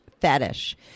fetish